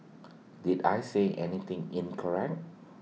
did I say anything in correct